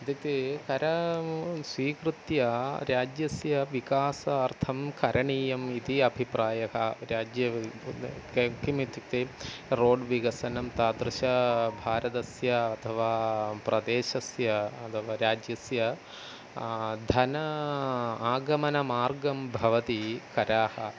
इत्युक्ते करा स्वीकृत्य राज्यस्य विकासार्थं करणीयम् इति अभिप्रायः राज्ये क किमित्युक्ते रोड् विकसनं तादृश भारतस्य अथवा प्रदेशस्य अथवा राज्यस्य धन आगमनमार्गं भवति कराः